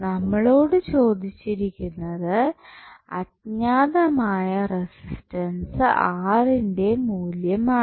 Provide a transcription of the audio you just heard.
നമ്മളോട് ചോദിച്ചിരിക്കുന്നത് അജ്ഞാതമായ റെസിസ്റ്റൻസ് R ന്റെ മൂല്യം ആണ്